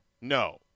No